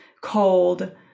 cold